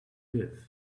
live